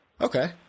Okay